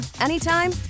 anytime